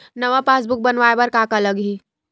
नवा पासबुक बनवाय बर का का लगही?